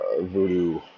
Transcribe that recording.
voodoo